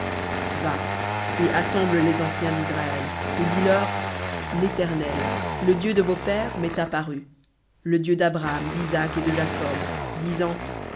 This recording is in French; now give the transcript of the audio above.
va et assemble les anciens d'israël et dis-leur l'éternel le dieu de vos pères m'est apparu le dieu d'abraham d'isaac et de jacob